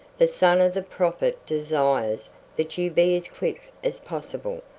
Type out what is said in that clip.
the son of the prophet desires that you be as quick as possible,